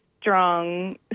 strong